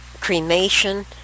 cremation